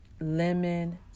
lemon